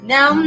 Now